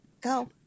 Go